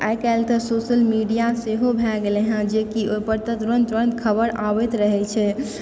आइ काल्हि तऽ social media सेहो भए गेलै हँ जे कि ओहि पर तऽ तुरंत तुरंत खबर आबैत रहै छै